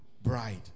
bride